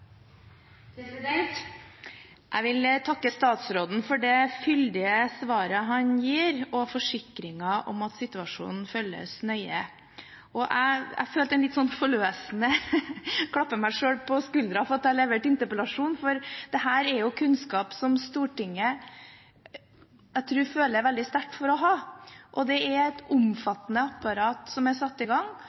fyldige svaret han gir, og for forsikringen om at situasjonen følges nøye. Jeg klapper meg selv på skuldrene for at jeg leverte interpellasjonen, for dette er kunnskap som jeg tror Stortinget føler veldig sterkt for å ha. Det er et omfattende apparat som er satt i gang,